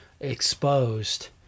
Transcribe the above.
exposed